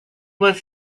was